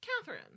Catherine